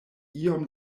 iom